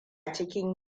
cikin